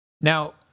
Now